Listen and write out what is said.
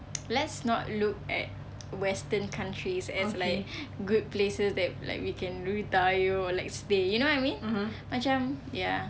let's not look at western countries as like good places that like we can retire or stay you know what I mean macam ya